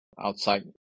outside